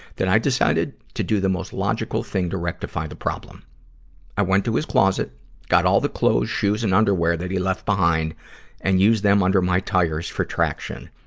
that i decided to do the most logical thing to rectify the problem i went to his closet got all the clothes, shoes, and underwear that he left behind and used them under my tires for traction.